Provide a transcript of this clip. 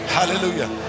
Hallelujah